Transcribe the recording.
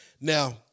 Now